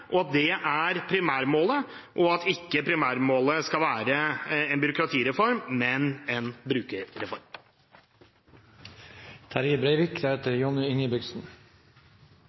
og at det er primærmålet. Primærmålet skal ikke være en byråkratireform, men en